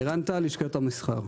מלשכת המסחר.